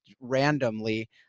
randomly